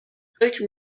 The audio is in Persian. فکر